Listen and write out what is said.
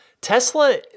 Tesla